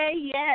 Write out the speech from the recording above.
yes